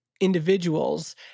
individuals